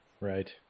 Right